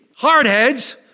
hardheads